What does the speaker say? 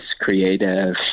creative